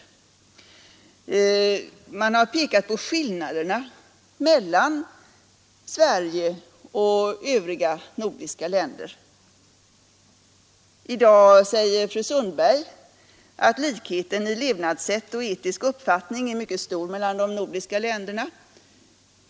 Man har pekat på skillnaderna mellan Sverige och övriga nordiska länder. I dag säger fru Sundberg att likheten i levnadssätt och etisk uppfattning är stor i de nordiska länderna.